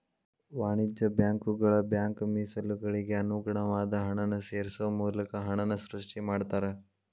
ವಾಣಿಜ್ಯ ಬ್ಯಾಂಕುಗಳ ಬ್ಯಾಂಕ್ ಮೇಸಲುಗಳಿಗೆ ಅನುಗುಣವಾದ ಹಣನ ಸೇರ್ಸೋ ಮೂಲಕ ಹಣನ ಸೃಷ್ಟಿ ಮಾಡ್ತಾರಾ